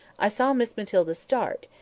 i saw miss matilda start,